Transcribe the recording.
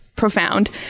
profound